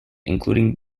including